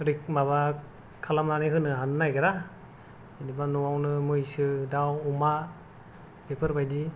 माबा खालामनानै होनो हानो नागेरा जेन'बा न'आवनो मैसो दाउ अमा बेफोर बायदि